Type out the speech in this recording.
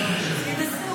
שינסו.